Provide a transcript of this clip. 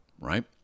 right